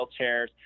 wheelchairs